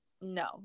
no